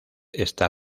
está